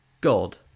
God